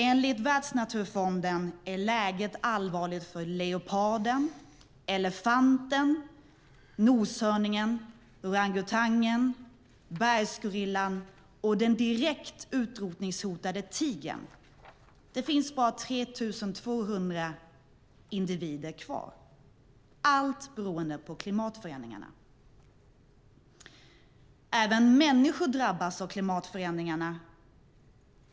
Enligt Världsnaturfonden är läget allvarligt för leoparden, elefanten, noshörningen, orangutangen, bergsgorillan och den direkt utrotningshotade tigern. Av den finns det bara 3 200 individer kvar - allt beroende på klimatförändringarna. Även människor drabbas av klimatförändringarna.